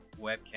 webcam